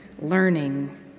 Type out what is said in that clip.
learning